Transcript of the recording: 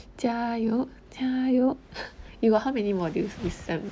加油加油 you got how many modules this sem~